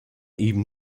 even